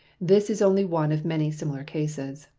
this is only one of many similar cases.